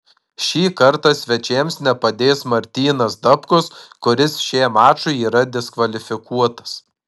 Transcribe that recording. šį kartą svečiams nepadės martynas dapkus kuris šiam mačui yra diskvalifikuotas